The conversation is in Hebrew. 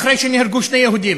אחרי שנהרגו שני יהודים.